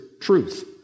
truth